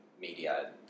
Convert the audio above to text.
media